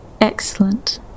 Excellent